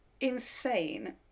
insane